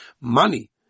Money